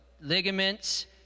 Ligaments